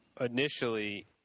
initially